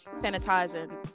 sanitizing